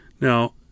Now